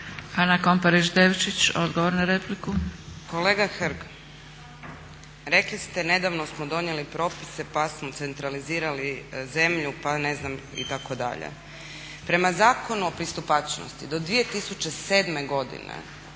Ana Komparić Devčić, odgovor na repliku.